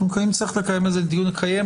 אם צריך לקיים על זה דיון נקיים.